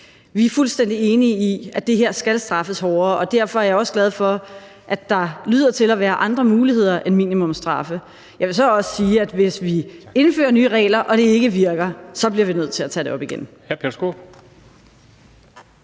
Vi er fuldstændig enige i, at det her skal straffes hårdere, og derfor er jeg også glad for, at der lyder til at være andre muligheder end minimumsstraffe. Jeg vil så også sige, at hvis vi indfører nye regler og det ikke virker, bliver vi nødt til at tage det op igen.